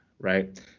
right